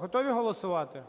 готові голосувати?